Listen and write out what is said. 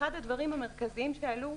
אחד הדברים המרכזיים שעלו,